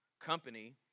company